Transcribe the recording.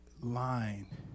line